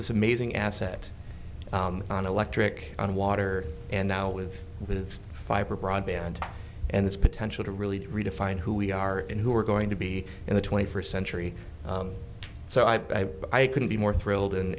this amazing asset on electric on water and now with the fiber broadband and this potential to really redefine who we are and who we're going to be in the twenty first century so i i couldn't be more thrilled and